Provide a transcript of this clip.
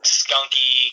skunky